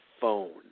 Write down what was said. phone